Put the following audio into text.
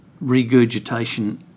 regurgitation